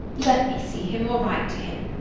let me see him, or write to him.